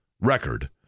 record